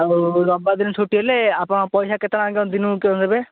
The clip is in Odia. ଆଉ ରବିବାର ଦିନ ଛୁଟି ହେଲେ ଆପଣ ପଇସା କେତେ ଦିନକୁ ଦେବେ